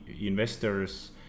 investors